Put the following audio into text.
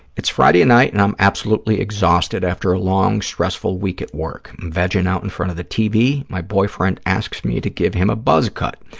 it's friday night and i'm absolutely exhausted after a long, stressful week at work. i'm vegging out in front of the tv. my boyfriend asks me to give him a buzz cut.